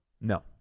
No